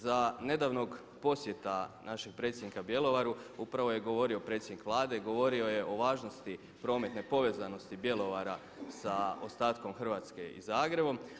Za nedavnog posjeta našeg predsjednika Bjelovaru upravo je govorio predsjednik Vlade, govorio je o važnosti prometne povezanosti Bjelovara sa ostatkom Hrvatske i Zagrebom.